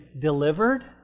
delivered